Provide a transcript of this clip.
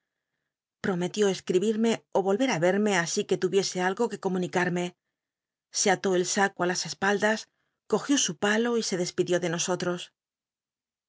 prometió escribirme ó y ohe i crmc así que tu iese algo que comunicarme se ató el saco i las espaldas cogió su palo y se despidió de nosoll os